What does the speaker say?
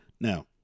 Now